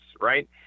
right